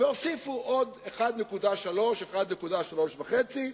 והוסיפו עוד 1.3, 1.3 וחצי,